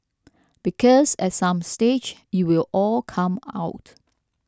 because at some stage it will all come out